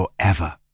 forever